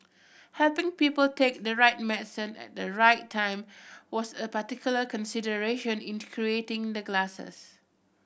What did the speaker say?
helping people take the right medicine at the right time was a particular consideration in creating the glasses